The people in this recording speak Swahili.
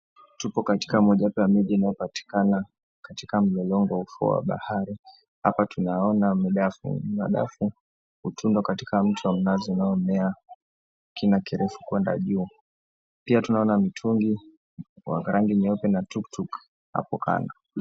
Tuko katika moja wapo ya miji inayopatikana katika mlolongo wa ufuo wa bahari. Hapa tunaona madafu hutundwa katika mti wa mnazi unaomea kina kirefu kwenda juu. Pia tunaona mtungi wa rangi nyeupe na tuktuk hapo kando.